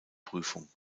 prüfung